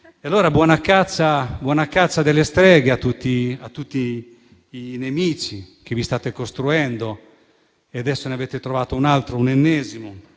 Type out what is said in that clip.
E allora buona caccia alle streghe a tutti i nemici che vi state costruendo e adesso ne avete trovato un altro, l'ennesimo.